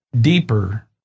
deeper